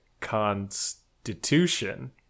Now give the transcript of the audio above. constitution